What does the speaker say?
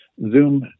Zoom